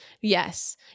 Yes